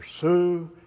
pursue